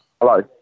Hello